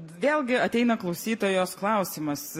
vėlgi ateina klausytojos klausimas